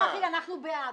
אנחנו בעד.